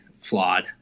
flawed